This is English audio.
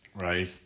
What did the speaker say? Right